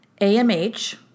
AMH